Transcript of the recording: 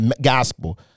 gospel